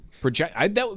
Project